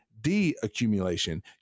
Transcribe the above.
de-accumulation